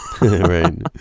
right